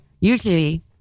Usually